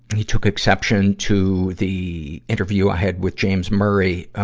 he took exception to the interview i had with james murray, ah,